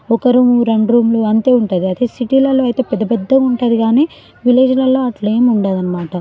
ఒక రూమ్ రెండు రూములు అంతే ఉంటాయి అదే సిటీలలో అయితే పెద్ద పెద్దగా ఉంటుంది కానీ విలేజ్లల్లో అట్లా ఏమి ఉండదు అన్నమాట